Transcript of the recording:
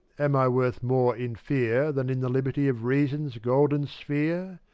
am i worth more in fear than in the liberty of reason's golden sphere?